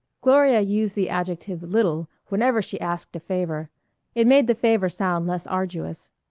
gloria used the adjective little whenever she asked a favor it made the favor sound less arduous.